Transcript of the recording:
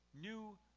new